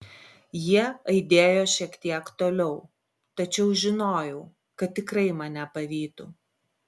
jie aidėjo šiek tiek toliau tačiau žinojau kad tikrai mane pavytų